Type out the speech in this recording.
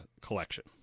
collection